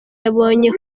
yabonye